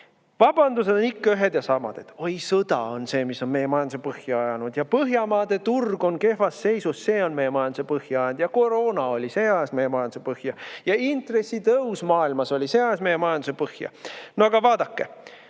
Vabandused on ikka ühed ja samad. Oi, sõda on see, mis on meie majanduse põhja ajanud, ja Põhjamaade turg on kehvas seisus, see on meie majanduse põhja ajanud. Ja koroona on meie majanduse põhja ajanud ja intressitõus maailmas oli see, mis ajas meie majanduse põhja. No vaadake,